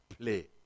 play